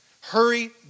hurry